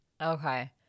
okay